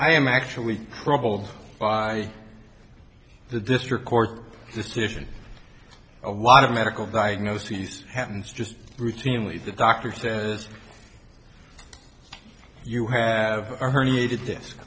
i am actually troubled by the district court decision a lot of medical diagnoses happens just routinely the doctor says you have a hernia